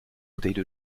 bouteille